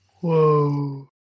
Whoa